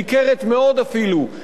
את ההוצאות לחינוך,